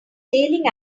sailing